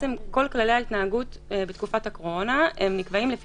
כל כללי ההתנהגות בתקופת הקורונה נקבעים לפי